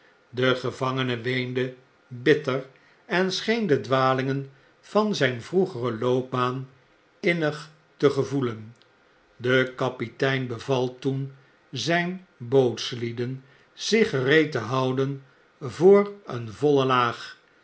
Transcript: de gevangene weende bitter en scheen de dwalingen van zyn vroegeren loopbaan mnig te gevoelen de kapitein beval toen zijn bootslieden zich gereed te houden voor een voile laag